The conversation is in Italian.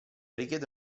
richiede